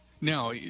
Now